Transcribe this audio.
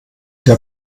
der